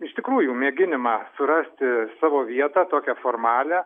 iš tikrųjų mėginimą surasti savo vietą tokią formalią